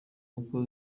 uko